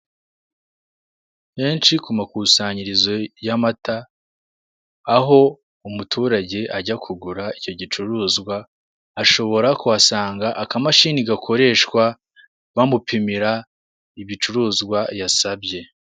Henshi ku makusanyirizo y'amata, aho umuturage ajya kugura icyo gicuruzwa, ashobora kuhasanga akamashini gakoreshwa bamupimira ibicuruzwa yasabye.